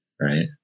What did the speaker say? right